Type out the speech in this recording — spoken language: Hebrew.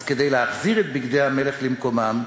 אז כדי להחזיר את בגדי המלך למקומם,